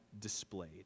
displayed